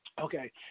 okay